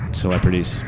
celebrities